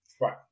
Right